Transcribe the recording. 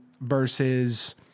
versus